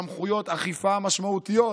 יש סמכויות אכיפה משמעותיות